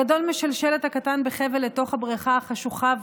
הגדול משלשל את הקטן בחבל לתוך הבריכה החשוכה,